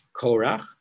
Korach